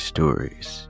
Stories